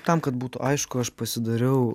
tam kad būtų aišku aš pasidariau